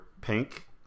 Pink